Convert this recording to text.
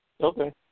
Okay